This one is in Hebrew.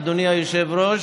אדוני היושב-ראש,